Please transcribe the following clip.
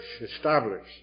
established